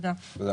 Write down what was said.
הזמן